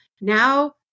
now